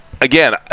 again